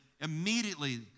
immediately